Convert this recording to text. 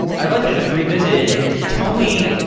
i'd like to just revisit it and tell me,